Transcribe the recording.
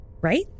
right